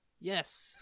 Yes